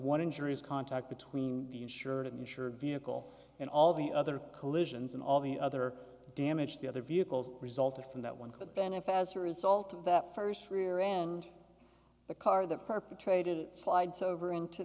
one injury is contact between the insured insured vehicle and all the other collisions and all the other damage the other vehicles resulted from that one could then if as a result of that first rear end the car that perpetrated it slides over into